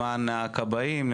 למען הכבאים,